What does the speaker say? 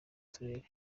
turere